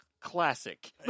Classic